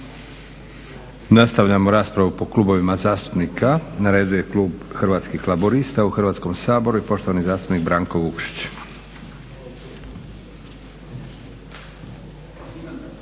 Nastavljamo raspravu po klubovima zastupnika. Na redu je Klub Hrvatskih laburista u Hrvatskom saboru i poštovani zastupnik Branko Vukšić. **Vukšić,